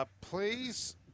Please